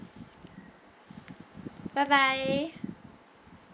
bye bye